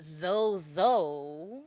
zozo